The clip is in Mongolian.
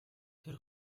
тэр